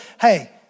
hey